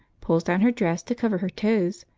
pulls down her dress to cover her toes,